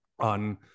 On